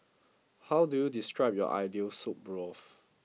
how do you describe your ideal soup broth